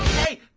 hey,